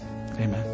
Amen